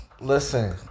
Listen